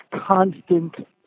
constant